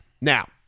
Now